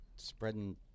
spreading